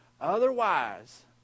Otherwise